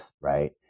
right